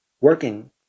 Working